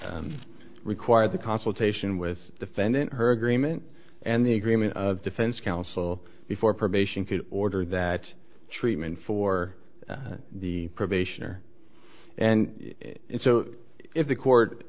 required the consultation with the fan and her agreement and the agreement of defense counsel before probation could order that treatment for the probation or and so if the court